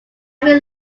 feel